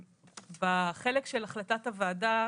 בחלק של החלטת הוועדה,